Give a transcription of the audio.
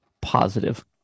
positive